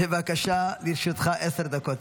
בבקשה, לרשותך עשר דקות.